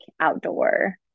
outdoor